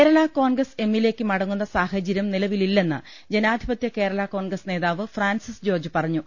Kerala Congress M ലേക്ക് മടങ്ങുന്ന സാഹചരൃം നിലവിലി ല്ലെന്ന് ജനാധിപത്യ കേരള കോൺഗ്രസ് നേതാവ് ഫ്രാൻസിസ് ജോർജ്ജ് പറഞ്ഞു